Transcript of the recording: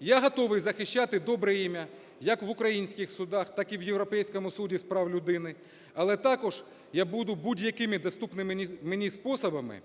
Я готовий захищати добре ім'я як в українських судах, так і в Європейському суді з прав людини. Але також я буду будь-якими доступними мені способами